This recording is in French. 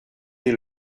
des